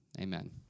Amen